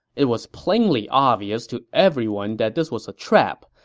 it was plainly obvious to everyone that this was a trap,